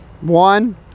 One